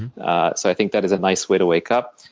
so i think that is a nice way to wake up.